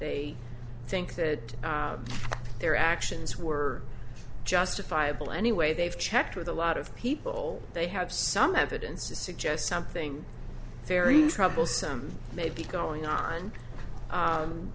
they think that their actions were justifiable anyway they've checked with a lot of people they have some evidence to suggest something very troublesome may be going on